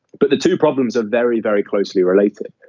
but the two problems are very, very closely related.